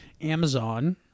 Amazon